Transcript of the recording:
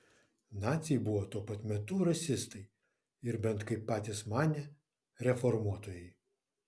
naciai buvo tuo pat metu rasistai ir bent kaip patys manė reformuotojai